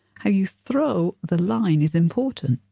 how you throw the line is important.